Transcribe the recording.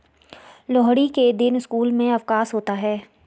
लोहड़ी के दिन स्कूल में अवकाश होता है